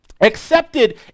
Accepted